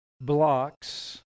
blocks